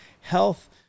health